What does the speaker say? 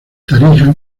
tarija